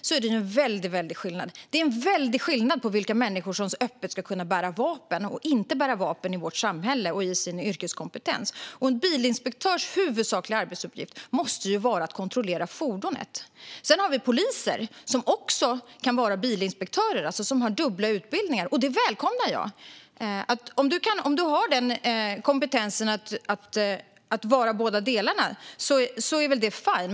Det är en väldig skillnad i yrkeskompetens i vårt samhälle mellan dem som öppet ska kunna bära vapen och dem som inte ska kunna göra det. En bilinspektörs huvudsakliga arbetsuppgift måste ju vara att kontrollera fordon. Sedan har vi poliser som också kan vara bilinspektörer och alltså ha dubbla utbildningar. Det välkomnar jag, och om man har kompetens att vara båda delarna är det fine.